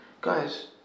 Guys